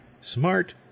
Smart